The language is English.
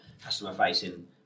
customer-facing